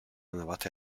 navate